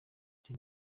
the